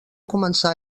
començar